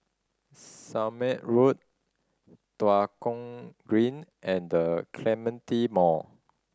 Somme Road Tua Kong Green and The Clementi Mall